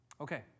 Okay